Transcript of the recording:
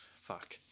Fuck